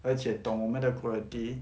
而且懂我们的的 quality